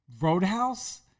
Roadhouse